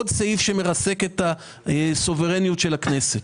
עוד סעיף שמרסק את הסוברניות של הכנסת.